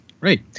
right